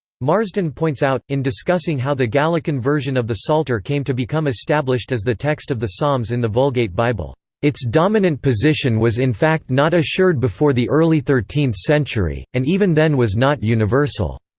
marsden points out, in discussing how the gallican version of the psalter came to become established as the text of the psalms in the vulgate bible its dominant position was in fact not assured before the early thirteenth century, and even then was not universal.